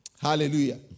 Hallelujah